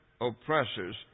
oppressors